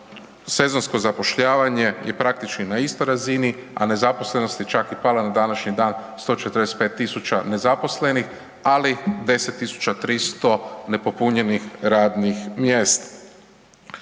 sezonsko zapošljavanja je praktički na istoj razini a nezaposlenost je čak i pala na današnji dan, 145 000 nezaposlenih ali 10 300 nepopunjenih radnih mjesta.